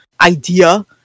idea